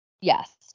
Yes